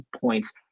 points